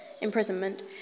imprisonment